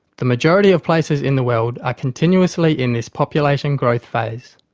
the majority of places in the world are continuously in this population growth phase,